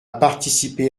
participer